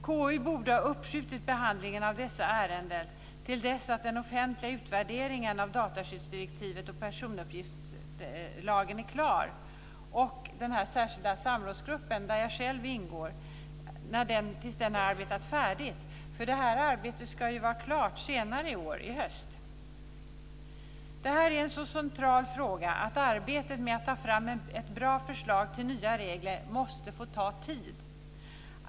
KU borde ha uppskjutit behandlingen av dessa ärenden till dess att den offentliga utvärderingen av dataskyddsdirektivet och personuppgiftslagen är klar och till dess att den särskilda samrådsgruppen, där jag själv ingår, har arbetat färdigt. Detta arbete ska ju vara klart senare i år, i höst. Detta är en så central fråga att arbetet med att ta fram ett bra förslag till nya regler måste få ta tid.